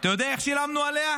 אתה יודע איך שילמנו עליה?